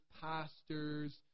pastors